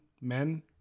men